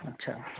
अच्छा